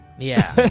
yeah.